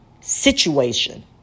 situation